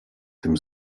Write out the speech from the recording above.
tym